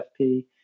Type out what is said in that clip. FP